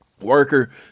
worker